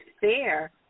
fair